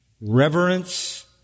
reverence